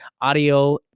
audio